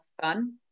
fun